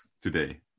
today